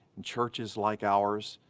churches like ours,